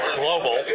global